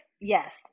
yes